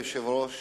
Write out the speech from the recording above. אדוני היושב-ראש